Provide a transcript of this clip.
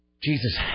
Jesus